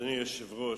אדוני היושב-ראש,